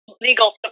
legal